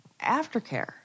aftercare